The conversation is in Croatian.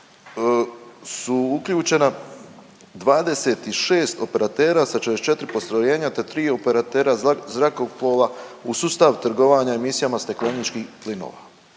su uključena 26 operatera sa 44 postrojenja te 3 operatera zrakoplova u sustav trgovanja emisijama stakleničkih plinova.